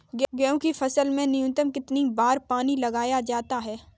गेहूँ की फसल में न्यूनतम कितने बार पानी लगाया जाता है?